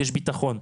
יש ביטחון.